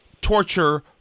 torture